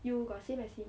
you got same as him